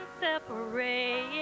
separate